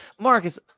Marcus